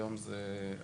היום זה יותר.